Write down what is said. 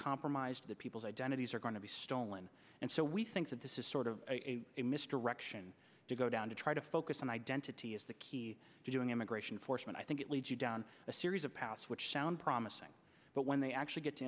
compromised that people's identities are going to be stolen and so we think that this is sort of a a mr rection to go down to try to focus on identity is the key to doing immigration foresman i think it leads you down a series of paths which sound promising but when they actually get to